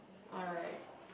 alright